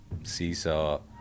seesaw